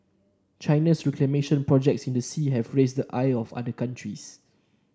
China's reclamation projects in the sea have raised ire of other countries